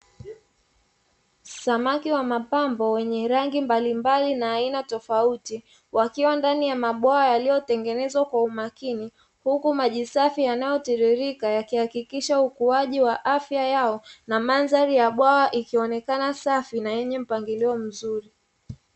Samaki wa mapambo wenye rangi mbalimbali na aina tofauti wakiwa ndani ya mabwawa yaliyotengenezwa kwa umakini, huku maji safi yanayotiririka yakihakikisha ukuaji wa afya yao na mandhari ya bwawa ikionekana safi na yenye mpangilio mzuri.